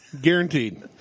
Guaranteed